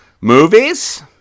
movies